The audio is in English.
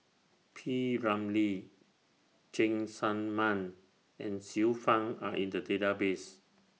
P Ramlee Cheng Tsang Man and Xiu Fang Are in The Database